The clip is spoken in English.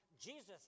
Jesus